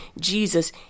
Jesus